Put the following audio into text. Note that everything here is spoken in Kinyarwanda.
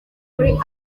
muri